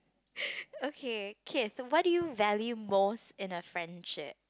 okay Keith what do you value most in a friendship